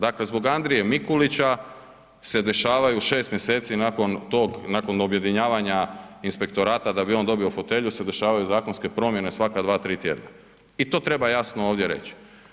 Dakle, zbog Andrije Mikulića se dešavaju 6. mjeseci nakon tog, nakon objedinjavanja inspektorata da bi on dobio fotelju, se dešavaju zakonske promjene svaka 2-3 tjedna i to treba jasno ovdje reć.